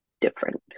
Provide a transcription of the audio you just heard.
different